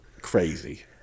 Crazy